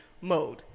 mode